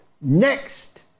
next